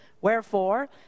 Wherefore